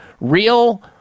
real